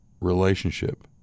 relationship